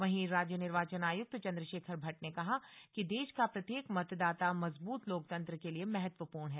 वहीं राज्य निर्वाचन आयुक्त चन्द्रशेखर भट्ट ने कहा कि देश का प्रत्येक मतदाता मजबूत लोकतंत्र के लिएमहत्वपूर्ण है